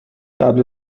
قبل